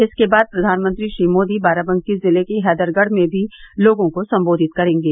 इसके बाद प्रधानमंत्री श्री मोदी बाराबंकी जिले के हैदरगढ़ में भी लोगों को सम्बोधित करेंगे